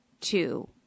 two